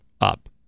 up